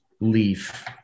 leaf